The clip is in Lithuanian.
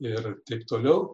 ir taip toliau